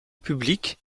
publique